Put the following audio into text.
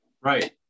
Right